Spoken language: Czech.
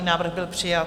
Návrh byl přijat.